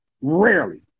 rarely